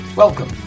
Welcome